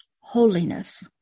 holiness